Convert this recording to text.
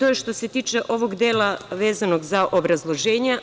To je što se tiče ovog dela vezano za obrazloženja.